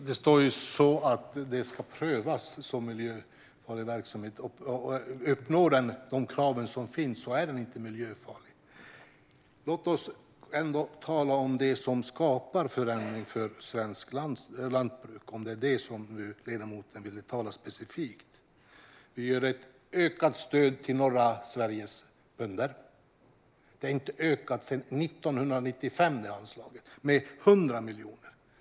Fru talman! Det står att det ska prövas som miljöfarlig verksamhet. Uppnås de krav som finns är det inte miljöfarlig verksamhet. Låt oss ändå tala om det som skapar förändring för svenskt lantbruk, om det är det som ledamoten ville tala specifikt om. Vi ger ett ökat stöd till bönderna i norra Sverige. Detta anslag har inte ökat sedan 1995. Anslaget ökar med 100 miljoner.